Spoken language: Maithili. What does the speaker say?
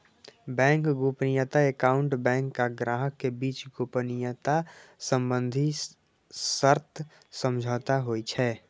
बैंक गोपनीयता एकटा बैंक आ ग्राहक के बीच गोपनीयता संबंधी सशर्त समझौता होइ छै